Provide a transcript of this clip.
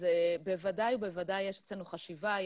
בוודאי ובוודאי יש אצלנו חשיבה.